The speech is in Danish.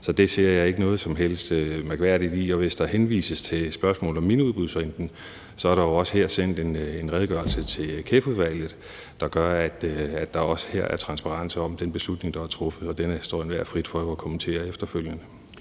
Så det ser jeg ikke noget som helst mærkværdigt i, og hvis der henvises til spørgsmålet om miniudbudsrunden, er der også her sendt en redegørelse til Klima-, Energi- og Forsyningsudvalget, der gør, at der også her er transparens om den beslutning, der er truffet. Og den står det jo enhver frit for at kommentere efterfølgende.